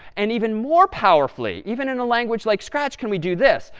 and even more powerfully, even in a language like scratch can we do this.